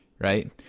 right